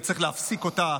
וצריך להפסיק אותה.